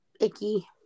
icky